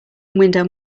window